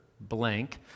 blank